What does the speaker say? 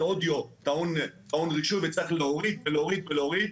אודיו טעון רישוי וצריך להוריד ולהוריד ולהוריד.